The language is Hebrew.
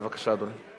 בבקשה, אדוני.